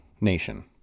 nation